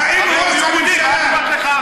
לא אכפת לך,